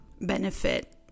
benefit